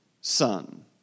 Son